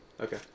Okay